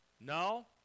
No